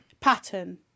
pattern